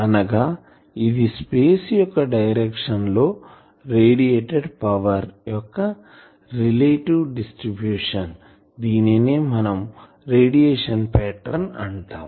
అనగా ఇది స్పేస్ యొక్క డైరెక్షన్ లో రేడియేటెడ్ పవర్ యొక్క రిలేటివ్ డిస్ట్రిబ్యూషన్ దీనినే మనం రేడియేషన్ పాటర్న్ అంటాం